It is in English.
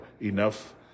enough